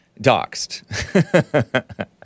Doxed